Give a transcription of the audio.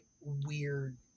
weird